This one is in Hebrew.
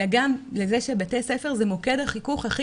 אלא גם לזה שבתי הספר זה מוקד החיכוך הכי